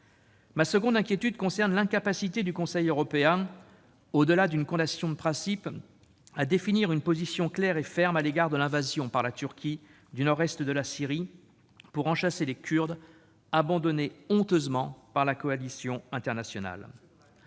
Ma deuxième inquiétude concerne l'incapacité du Conseil européen, au-delà d'une condamnation de principe, à définir une position claire et ferme à l'égard de l'invasion par la Turquie du nord-est de la Syrie pour en chasser les Kurdes, abandonnés honteusement par la coalition internationale.